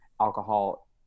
alcohol